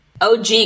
OG